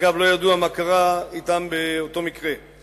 אגב, לא ידוע מה קרה אתם באותו מקרה.